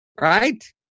right